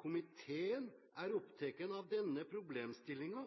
«Komiteen er oppteken av denne problemstillinga,